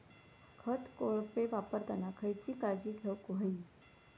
खत कोळपे वापरताना खयची काळजी घेऊक व्हयी?